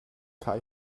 kai